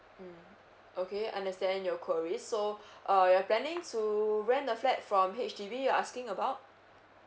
mm okay understand your query so uh you're planning to rent a flat from H_D_B you're asking about